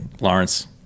Lawrence